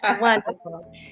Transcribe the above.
Wonderful